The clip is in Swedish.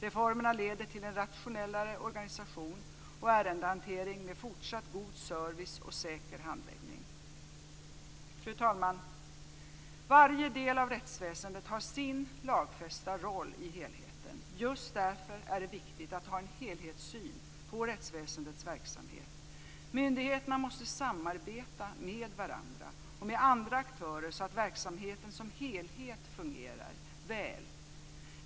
Reformerna leder till en rationellare organisation och ärendehantering med fortsatt god service och säker handläggning. Fru talman! Varje del av rättsväsendet har sin lagfästa roll i helheten. Just därför är det viktigt att ha en helhetssyn på rättsväsendets verksamhet. Myndigheterna måste samarbeta med varandra och med andra aktörer så att verksamheten som helhet fungerar väl.